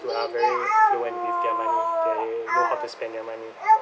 who are very affluent with their money they know how to spend their money